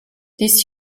this